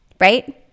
Right